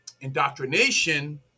indoctrination